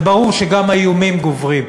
זה ברור שגם האיומים גוברים,